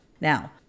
now